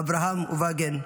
אברהם אובגן,